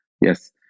yes